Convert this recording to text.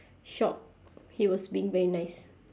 shocked he was being very nice